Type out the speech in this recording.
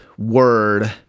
Word